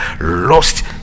Lost